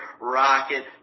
Rocket